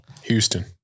Houston